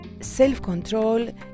self-control